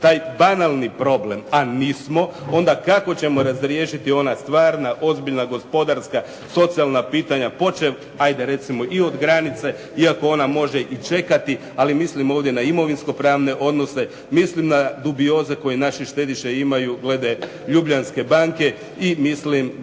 taj banalni problem, a nismo onda kako ćemo razriješiti ona stvarna, ozbiljna, gospodarska socijalna pitanja počev hajde recimo i od granice iako ona može i čekati. Ali mislim ovdje na imovinsko-pravne odnose, mislim na dubioze koji naši štediše imaju glede Ljubljanske banke i mislim glede